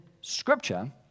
Scripture